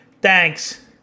Thanks